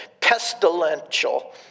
Pestilential